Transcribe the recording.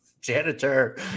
janitor